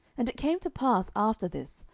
and it came to pass after this,